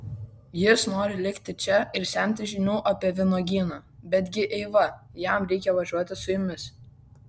jis nori likti čia ir semtis žinių apie vynuogyną betgi eiva jam reikia važiuoti su jumis